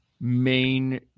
main